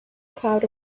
cloud